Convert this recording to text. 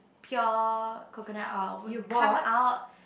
pure coconut oil would come out